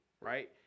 Right